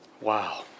Wow